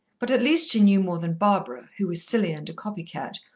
but at least she knew more than barbara, who was silly and a copy-cat,